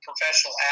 professional